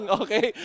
okay